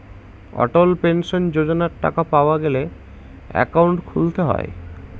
অটল pension যোজনার টাকা পাওয়া গেলে একাউন্ট খুলতে হয়